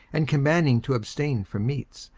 and commanding to abstain from meats,